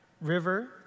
River